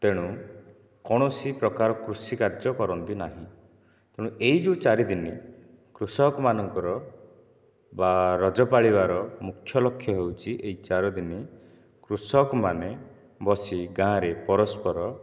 ତେଣୁ କୌଣସି ପ୍ରକାର କୃଷି କାର୍ଯ୍ୟ କରନ୍ତି ନାହିଁ ତେଣୁ ଏହି ଯେଉଁ ଚାରି ଦିନ କୃଷକ ମାନଙ୍କର ବା ରଜ ପାଳିବାର ମୁଖ୍ୟ ଲକ୍ଷ୍ୟ ହେଉଛି ଏହି ଚାର ଦିନ କୃଷକମାନେ ବସି ଗାଁରେ ପରସ୍ପର